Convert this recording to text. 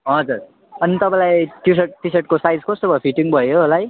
हजुर अनि तपाईँलाई टी सर्ट टी सर्टको साइज कस्तो भयो फिटिङ भयो होला है